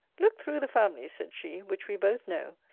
look through the families, said she, which we both know,